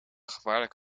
gevaarlijk